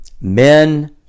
men